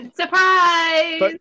Surprise